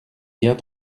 bien